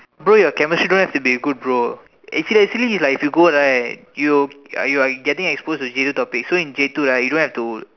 bro your chemistry don't have to be good bro actually actually like if you go right you you are like getting exposed to different topics so in like J two you don't have to